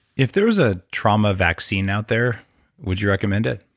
if there was a trauma vaccine out there would you recommend it?